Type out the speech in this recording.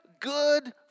good